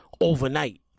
overnight